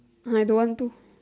I don't want to